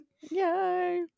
yay